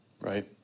right